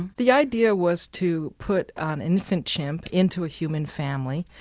the idea was to put an infant chimp into a human family,